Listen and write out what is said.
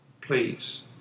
Please